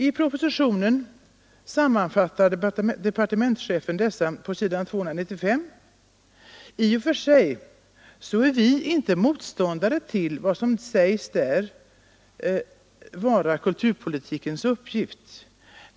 I propositionen sammanfattade departementschefen dessa på s. 295. I och för sig är vi inte motståndare till vad som där sägs vara kulturpolitikens uppgift.